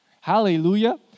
Hallelujah